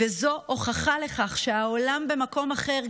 וזו הוכחה לכך שהעולם במקום אחר.